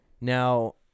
Now